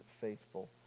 faithful